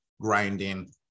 grinding